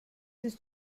ist